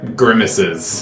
grimaces